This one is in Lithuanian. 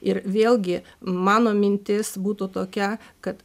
ir vėlgi mano mintis būtų tokia kad